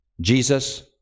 Jesus